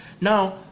Now